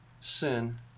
sin